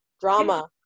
drama